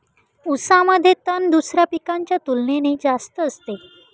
ऊसामध्ये तण दुसऱ्या पिकांच्या तुलनेने जास्त असते